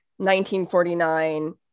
1949